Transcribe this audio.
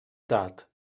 dad